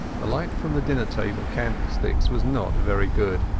the light from the dinner-table candlesticks was not very good,